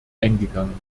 eingegangen